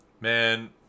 man